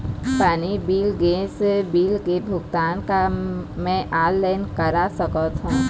पानी bill gas bill के भुगतान का मैं ऑनलाइन करा सकथों?